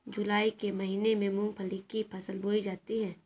जूलाई के महीने में मूंगफली की फसल बोई जाती है